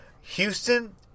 Houston